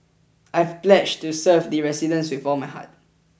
I've pledged to serve the residents with all my heart